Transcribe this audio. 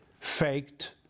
faked